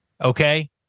Okay